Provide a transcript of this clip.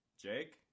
Jake